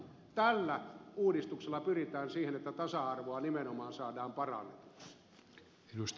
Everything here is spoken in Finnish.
tällä uudistuksella pyritään siihen että tasa arvoa nimenomaan saadaan parannetuksi